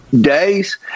days